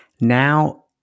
now